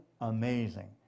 amazing